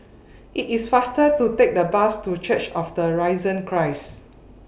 IT IS faster to Take The Bus to Church of The Risen Christ